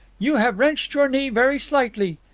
you have wrenched your knee very slightly.